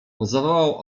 zawołał